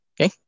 Okay